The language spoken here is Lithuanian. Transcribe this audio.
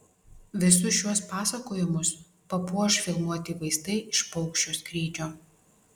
visus šiuos pasakojimus papuoš filmuoti vaizdai iš paukščio skrydžio